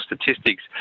statistics